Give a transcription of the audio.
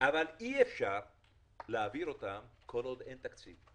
אבל אי אפשר להעביר אותם כל עוד אין תקציב.